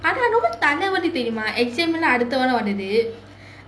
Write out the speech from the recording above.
exam lah அடுத்த வாரம் வருது:adutha vaaram varuthu